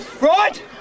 Right